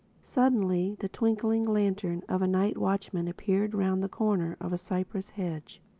suddenly the twinkling lantern of a night watchman appeared round the corner of a cypress hedge.